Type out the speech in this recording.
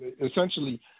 essentially